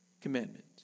commandment